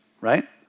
right